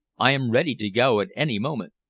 i am ready to go at any moment.